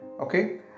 okay